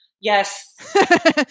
Yes